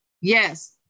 Yes